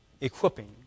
equipping